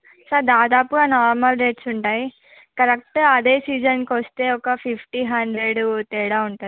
sir దాదాపుగా normal rates ఉంటాయి కరెక్టే అదే సీజన్కి వస్తే ఒక ఫిఫ్టీ హండ్రెడ్ తేడా ఉంటుంది